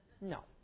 No